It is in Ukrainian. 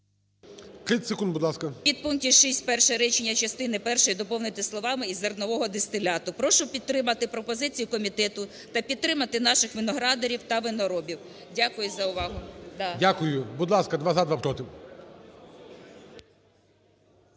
підпункті 6 перше речення частини першої доповнити словами "і зернового дистиляту". Прошу підтримати пропозицію комітету та підтримати наших виноградарів та виноробів. Дякую за увагу. ГОЛОВУЮЧИЙ. Дякую. Будь ласка, два – за, два – проти.